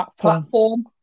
platform